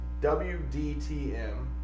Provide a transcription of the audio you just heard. WDTM